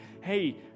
hey